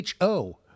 HO